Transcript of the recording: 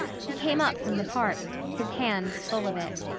he came up from the park, his hands full of it.